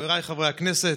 חבריי חברי הכנסת,